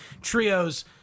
Trio's